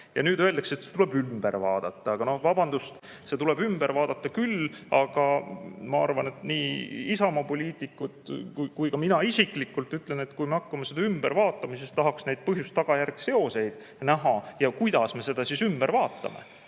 Ja nüüd öeldakse, et see tuleb ümber vaadata. Aga vabandust, see tuleb ümber vaadata küll, aga ma arvan, et nii Isamaa poliitikud kui ka mina isiklikult ütlen, et kui me hakkame seda ümber vaatama, siis tahaks neid põhjuse ja tagajärje seoseid näha ja kuidas me seda ümber vaatame,